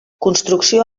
construcció